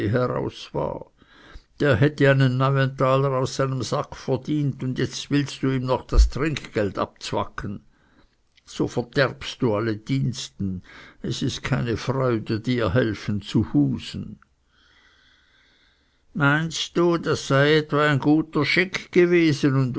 heraus war der hätte einen neuentaler aus deinem sack verdient und jetzt willst du ihm noch das trinkgeld abzwacken so verderbst du alle diensten es ist keine freude dir helfen zu husen meinst du das sei etwa ein guter schick gewesen und